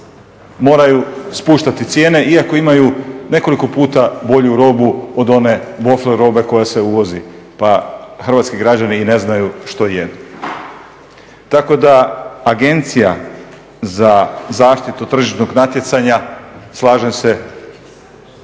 Moraju spuštati cijene iako imaju nekoliko puta bolju robu od one bofl robe koja se uvozi pa hrvatski građani ne znaju što jedu. Tako da Agencija za zaštitu tržišnog natjecanja slažem se